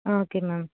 okay ma'am